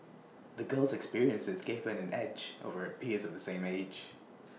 the girl's experiences gave her an edge over her peers of the same age